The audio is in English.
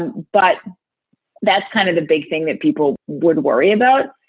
and but that's kind of a big thing that people would worry about.